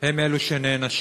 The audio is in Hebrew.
הם אלה שנענשים